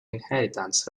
inheritance